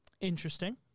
Interesting